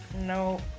No